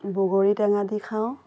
বগৰী টেঙা দি খাওঁ